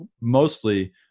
mostly